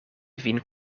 vin